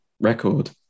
record